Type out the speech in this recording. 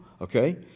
okay